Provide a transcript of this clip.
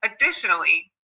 Additionally